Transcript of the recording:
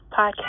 Podcast